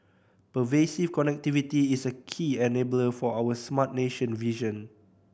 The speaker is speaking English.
pervasive connectivity is a key enabler for our smart nation vision